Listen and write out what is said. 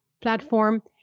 platform